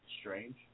Strange